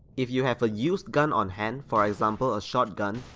if you have a used gun on hand, for example a shotgun,